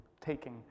taking